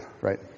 right